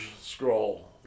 Scroll